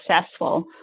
successful